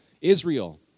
Israel